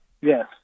Yes